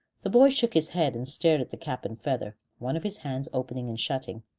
the boy shook his head and stared at the cap and feather, one of his hands opening and shutting.